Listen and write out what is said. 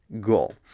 goal